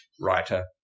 writer